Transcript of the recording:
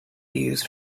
views